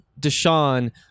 Deshaun